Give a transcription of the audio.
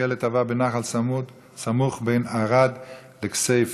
ילד טבע בנחל סמוך בין ערד לכסייפה,